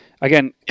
again